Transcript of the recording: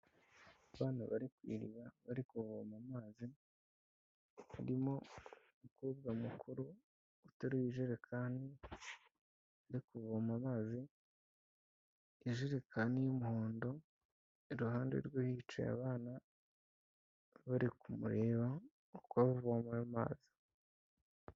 Abana bari ku iriba bari kuvoma amazi, harimo umukobwa mukuru uteruye ijerekani ndi kuvoma amazi ijerekan niy'umuhondo iruhande rwe hicaye abana bari kumureba uko avoma ayo mazi.